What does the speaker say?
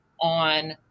on